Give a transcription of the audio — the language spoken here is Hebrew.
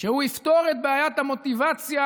שהוא יפתור את בעיית המוטיבציה